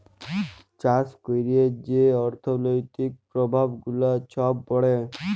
চাষ ক্যইরে যে অথ্থলৈতিক পরভাব গুলা ছব পড়ে